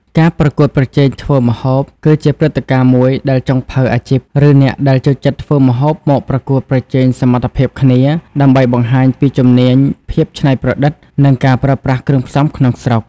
ការប្រកួតប្រជែងធ្វើម្ហូប គឺជាព្រឹត្តិការណ៍មួយដែលចុងភៅអាជីព ឬអ្នកដែលចូលចិត្តធ្វើម្ហូបមកប្រកួតប្រជែងសមត្ថភាពគ្នា ដើម្បីបង្ហាញពីជំនាញ ភាពច្នៃប្រឌិត និងការប្រើប្រាស់គ្រឿងផ្សំក្នុងស្រុក។